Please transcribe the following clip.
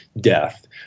death